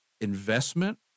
investment